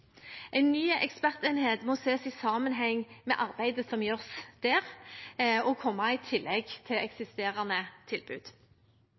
En ny ekspertenhet må ses i sammenheng med arbeidet som gjøres der, og komme i tillegg til eksisterende tilbud.